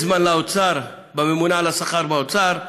יש זמן באוצר, לממונה על השכר באוצר.